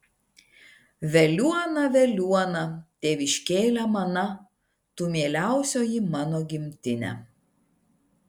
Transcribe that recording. veliuona veliuona tėviškėle mana tu mieliausioji mano gimtine